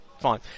fine